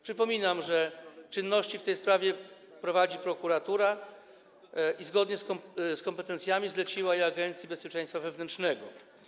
Przypominam, że czynności w tej sprawie prowadzi prokuratura i zgodnie z kompetencjami zleciła je Agencji Bezpieczeństwa Wewnętrznego.